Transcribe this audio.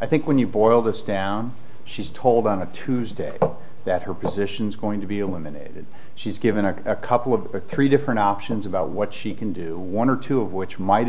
i think when you boil this down she's told on a tuesday that her position is going to be eliminated she's given a couple of three different options about what she can do one or two of which might